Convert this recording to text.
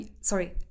sorry